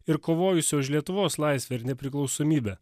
ir kovojusio už lietuvos laisvę ir nepriklausomybę